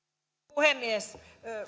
puhemies